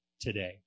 today